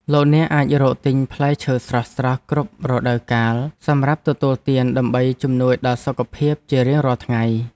លោកអ្នកអាចរកទិញផ្លែឈើស្រស់ៗគ្រប់រដូវកាលសម្រាប់ទទួលទានដើម្បីជំនួយដល់សុខភាពជារៀងរាល់ថ្ងៃ។